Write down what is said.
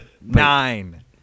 Nine